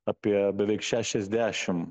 apie beveik šešiasdešim